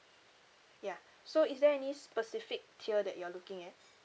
ya so is there any specific tier that you're looking at